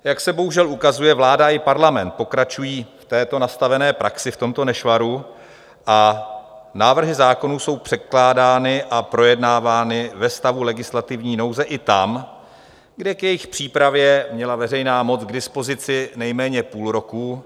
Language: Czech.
Jak se bohužel ukazuje, vláda i parlament pokračují v této nastavené praxi, v tomto nešvaru, a návrhy zákonů jsou předkládány a projednávány ve stavu legislativní nouze i tam, kde k jejich přípravě měla veřejná moc k dispozici nejméně půl roku.